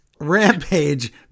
rampage